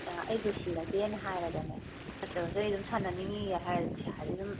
ꯑꯩ ꯂꯣꯏꯁꯤꯜꯂꯒꯦꯅ ꯍꯥꯏꯔꯒꯅꯦ ꯅꯠꯇ꯭ꯔꯒꯁꯨ ꯑꯩ ꯑꯗꯨꯝ ꯁꯥꯟꯅꯅꯤꯡꯉꯤ ꯍꯥꯏꯔꯒ ꯄꯩꯁꯥꯁꯦ ꯑꯗꯨꯝ